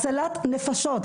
הצלת נפשות.